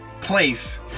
place